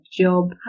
job